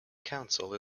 council